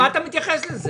מה אתה מתייחס לזה?